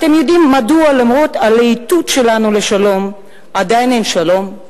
אתם יודעים מדוע למרות הלהיטות שלנו לשלום עדיין אין שלום?